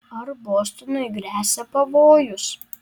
ar bostonui gresia pavojus